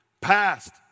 past